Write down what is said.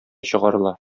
чыгарыла